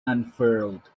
unfurled